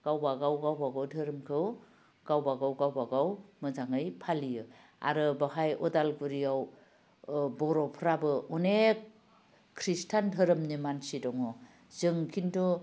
गावबागाव गावबागाव धोरोमखौ गावबागाव गावबागाव मोजाङै फालियो आरो बाहाय उदालगुरियाव बर'फ्राबो अनेख खृष्टान धोरोमनि मानसि दङ जों खिन्थु